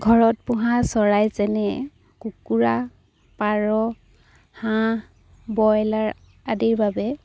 ঘৰত পোহা চৰাই যেনে কুকুৰা পাৰ হাঁহ ব্ৰইলাৰ আদিৰ বাবে